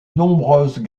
nombreuses